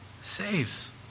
saves